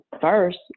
first